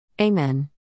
Amen